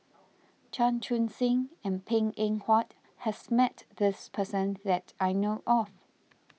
Chan Chun Sing and Png Eng Huat has met this person that I know of